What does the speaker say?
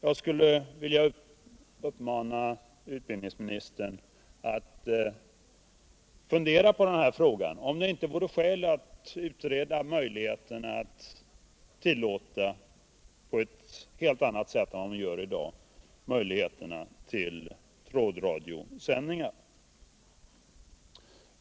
Jag skulle vilja uppmana utbildningsministern att fundera på denna fråga, om det inte vore skäl att utreda möjligheterna att på eu helt annat sätt än i dag tillåta trådradiosändningar.